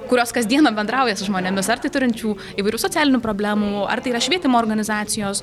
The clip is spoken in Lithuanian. kurios kasdieną bendrauja su žmonėmis ar tai turinčių įvairių socialinių problemų ar tai yra švietimo organizacijos